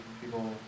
people